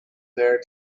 there